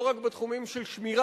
לא רק בתחומים של שמירה,